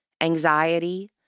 anxiety